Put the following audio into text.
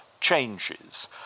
changes